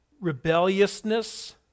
rebelliousness